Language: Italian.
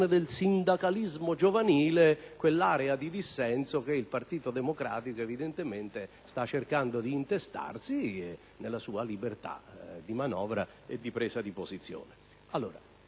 del sindacalismo giovanile quell'area di dissenso che il Partito Democratico evidentemente sta cercando di intestarsi nella sua libertà di manovra e di presa di posizione.